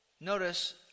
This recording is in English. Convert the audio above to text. Notice